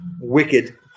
wicked